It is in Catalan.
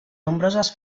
nombroses